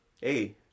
hey